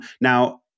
Now